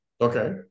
Okay